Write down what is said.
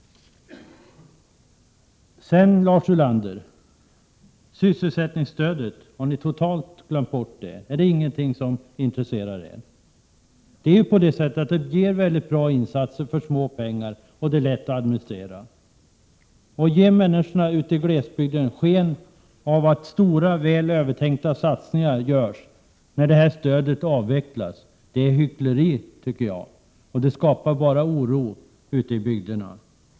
Har ni totalt glömt bort sysselsättningsstödet, Lars Ulander? Intresserar det er inte? Det ger väldigt bra insatser för små pengar och det är lätt att administrera. Ni vill ge människorna i glesbygden sken av att stora, väl övertänkta satsningar görs, samtidigt som detta stöd avvecklas. Det är hyckleri, tycker jag, och det skapar bara oro ute i bygderna.